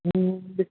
हो